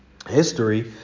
History